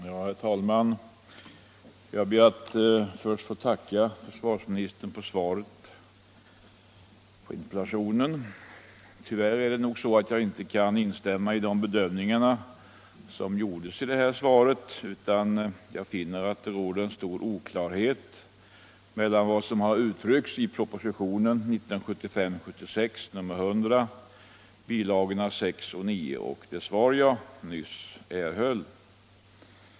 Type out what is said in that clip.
Herr talman! Jag ber att först få tacka försvarsministern för svaret på min interpellation. Tyvärr kan jag inte instämma i de bedömningar som görs i interpellationssvaret, utan jag finner att det råder stor oklarhet mellan vad som uttrycks i propositionen 1975/76:100 bil. 6 och 9 och det svar jag nyss erhöll.